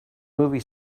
movie